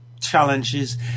challenges